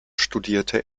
studierte